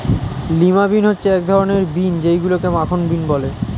lima bean হচ্ছে এক ধরনের বিন যেইগুলোকে মাখন বিন বলে